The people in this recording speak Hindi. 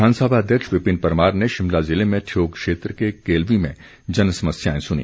विधानसभा अध्यक्ष विपिन परमार ने शिमला जिले में ठियोग क्षेत्र के केलवी में जन समस्याएं सुनी